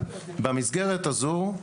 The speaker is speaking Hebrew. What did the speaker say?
במסגרת הזאת הזו,